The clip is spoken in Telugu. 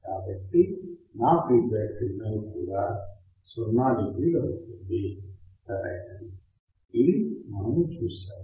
కాబట్టి నా ఫీడ్బ్యాక్ సిగ్నల్ కూడా 0 డిగ్రీ అవుతుంది సరైనది ఇది మనము చూశాము